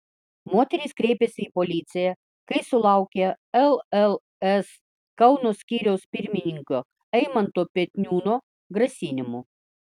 moteris kreipėsi į policiją kai sulaukė lls kauno skyriaus pirmininko eimanto petniūno grasinimų